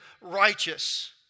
righteous